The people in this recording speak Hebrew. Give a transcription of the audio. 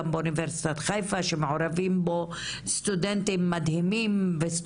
גם באוניברסיטת חיפה ושמעורבים בו סטודנטים מדהימים וגם